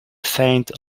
saint